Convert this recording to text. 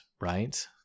right